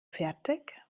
fertig